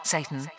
Satan